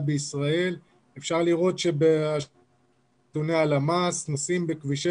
בישראל אפשר לראות שעל פי נתוני הלמ"ס נוסעים בכבישי